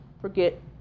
forget